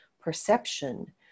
perception